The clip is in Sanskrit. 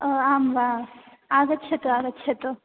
आं वा आगच्छतु आगच्छतु